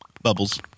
Bubbles